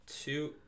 two